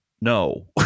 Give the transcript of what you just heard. No